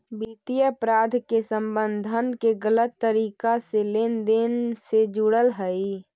वित्तीय अपराध के संबंध धन के गलत तरीका से लेन देन से जुड़ल हइ